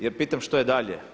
Jer pitam što je dalje?